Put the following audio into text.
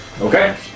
Okay